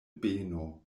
beno